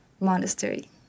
Monastery